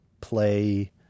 play